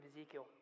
Ezekiel